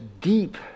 deep